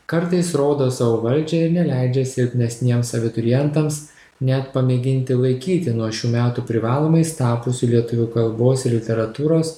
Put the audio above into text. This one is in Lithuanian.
kartais rodo savo valdžią ir neleidžia silpnesniems abiturientams net pamėginti laikyti nuo šių metų privalomais tapusių lietuvių kalbos ir literatūros